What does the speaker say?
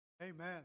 Amen